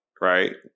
right